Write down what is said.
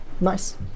Nice